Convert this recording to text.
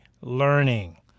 learning